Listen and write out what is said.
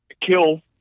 kill